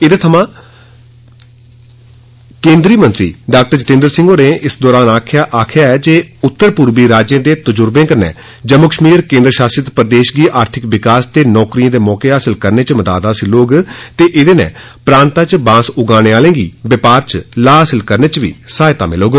एह्दे थमां केंद्री मंत्री डॉ जितेन्द्र सिंह होरें आक्खेआ जे उत्तरपूर्वी राज्यें दे तजुर्वे कन्नै जम्मू कश्मीर केंद्र शासित प्रदेश गी आर्थिक विकास ते नौकरियें दे मौके हासिल करने च मदाद हासिल होग ते एह्दे नै प्रांता च बांस उगाने आह्ले गी बपार च लाह् हासिल करने च सहायता मिलौग